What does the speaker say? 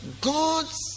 God's